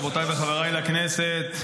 רבותיי וחבריי לכנסת,